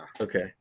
Okay